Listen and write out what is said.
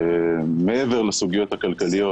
מעבר לסוגיות הכלכליות,